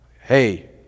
Hey